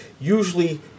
usually